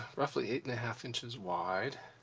roughly eight and a half inches wide,